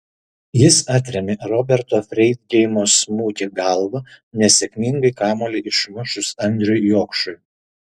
jis atrėmė roberto freidgeimo smūgį galva nesėkmingai kamuolį išmušus andriui jokšui